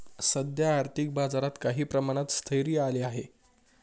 सध्या आर्थिक बाजारात काही प्रमाणात स्थैर्य आले आहे